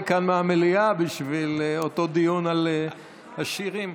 מהמליאה בשביל אותו דיון על השירים.